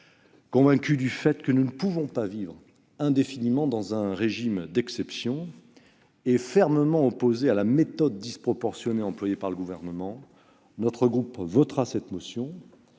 Convaincus du fait que nous ne pouvons pas vivre indéfiniment dans un régime d'exception et fermement opposés à la méthode disproportionnée employée par le Gouvernement, les élus de notre groupe voteront cette motion.